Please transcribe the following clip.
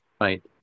Right